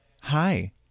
hi